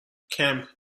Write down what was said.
camp